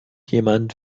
jemand